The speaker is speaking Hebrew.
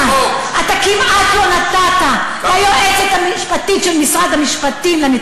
אבל הצעת החוק הפרטית הזו היא לא